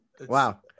Wow